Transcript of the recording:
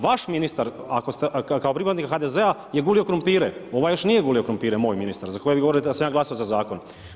Vaš ministar, kao pripadnik HDZ je gulio krumpire, ovaj još nije gulio krumpire, moj ministar, za koje govorite, da sam ja glasa za zakon.